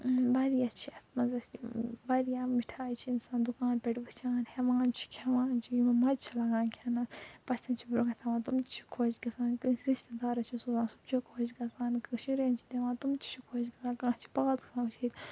واریاہ چھِ یتھ مَنٛز اَسہِ واریاہ مِٹھایہِ چھِ اِنسان دُکان پٮ۪ٹھ وُچھان ہٮ۪وان چھِ کھیٚوان چھ مَزٕ چھِ لگان کھیٚنَس پٔژھٮ۪ن چھِ برٛونٛہہ کنہِ تھاوان تِم تہِ چھِ خۄش گَژھان کٲنٛسہِ رِشتہٕ دارَس چھِ سوزان سُہ تہِ چھُ خۄش گَژھان شُرٮ۪ن چھِ دِوان تِم تہِ چھِ خۄش گَژھان کانٛہہ چھُ پاس گَژھان اَسہِ ییٚتہِ